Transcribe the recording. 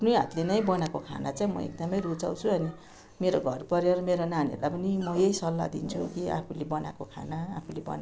आफ्नै हातले नै बनाएको खाना चाहिँ म एकदमै रुचाउँछु अनि मेरो घर परिवार मेरा नानीहरूलाई पनि म यही सल्लाह दिन्छु कि आफूले बनाएको खाना आफूले बनाएर